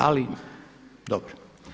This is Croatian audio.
Ali dobro.